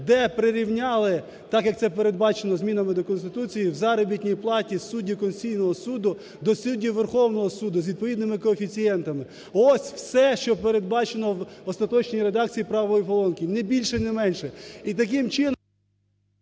де прирівняли так, як це передбачено змінами до Конституції, в заробітній платі суддів Конституційного Суду до суддів Верховного Суду з відповідними коефіцієнтами. Ось все, що передбачено в остаточній редакції правої колонки, не більше і не менше.